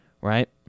right